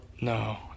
no